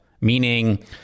Meaning